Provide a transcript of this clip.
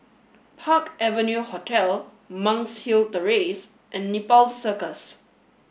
Park Avenue Hotel Monk's Hill Terrace and Nepal Circus